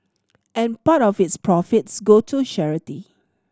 an part of its profits go to charity